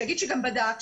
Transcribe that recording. שיגיד שגם בדק,